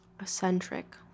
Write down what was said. Eccentric